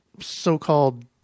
so-called